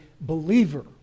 believer